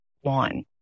one